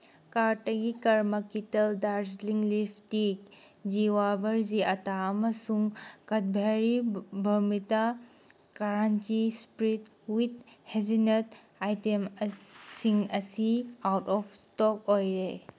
ꯀꯥꯔꯠꯇꯒꯤ ꯀꯔꯃ ꯀꯤꯇꯜ ꯗꯥꯔꯖ꯭ꯂꯤꯡ ꯂꯤꯐ ꯇꯤ ꯖꯤꯋꯥ ꯚꯔꯖꯤ ꯑꯇꯥ ꯑꯃꯁꯨꯡ ꯀꯠꯚꯦꯔꯤ ꯕꯔꯃꯤꯇꯥ ꯀ꯭ꯔꯥꯟꯆꯤ ꯏꯁꯄ꯭ꯔꯤꯠ ꯋꯤꯠ ꯍꯦꯖꯤꯅꯠ ꯑꯥꯏꯇꯦꯝꯁꯤꯡ ꯑꯁꯤ ꯑꯥꯎꯠ ꯑꯣꯐ ꯏꯁꯇꯣꯛ ꯑꯣꯏꯔꯦ